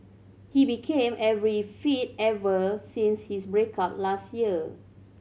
he became every fit ever since his break up last year